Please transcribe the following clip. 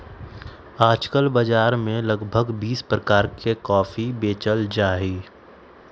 आजकल बाजार में लगभग बीस प्रकार के कॉफी बेचल जाहई